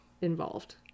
involved